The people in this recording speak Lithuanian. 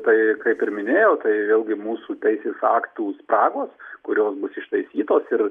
tai kaip ir minėjau tai vėlgi mūsų teisės aktų spragos kurios bus ištaisytos ir